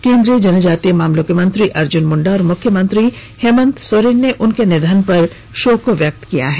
केंद्रीय जनजातीय मामले के मंत्री अर्जुन मुंडा और मुख्यमंत्री हेमन्त सोरेन ने बलमदीना एक्का के निधन पर शोक व्यक्त किया है